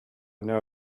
know